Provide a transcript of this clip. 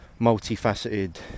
multifaceted